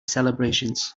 celebrations